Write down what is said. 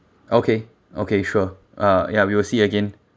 okay okay sure uh ya we will see again